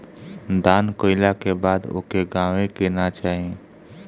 दान कइला के बाद ओके गावे के ना चाही